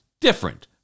different